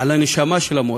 על הנשמה של המורה.